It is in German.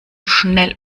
schnell